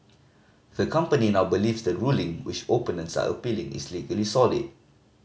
the company now believes the ruling which opponents are appealing is legally solid